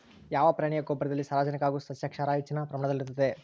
ಯಾವ ಪ್ರಾಣಿಯ ಗೊಬ್ಬರದಲ್ಲಿ ಸಾರಜನಕ ಹಾಗೂ ಸಸ್ಯಕ್ಷಾರ ಹೆಚ್ಚಿನ ಪ್ರಮಾಣದಲ್ಲಿರುತ್ತದೆ?